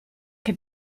che